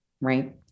Right